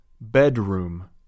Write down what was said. bedroom